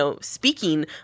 speaking